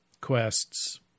quests